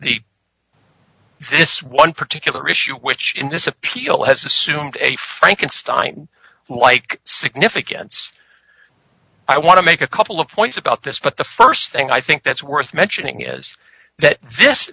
the this one particular issue which in this appeal has assumed a frankenstein like significance i want to make a couple of points about this but the st thing i think that's worth mentioning is that this